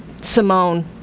Simone